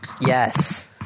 Yes